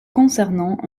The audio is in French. concernant